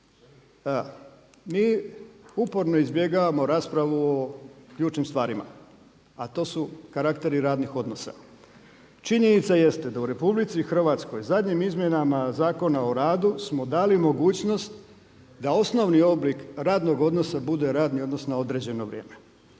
Mi uporno izbjegavamo raspravu o ključnim stvarima, a to su karakteri radnih odnosa. Činjenica jeste da u RH zadnjim izmjenama Zakona o radu smo dali mogućnost da osnovni oblik radnog odnosa bude radni odnos na određeno vrijeme.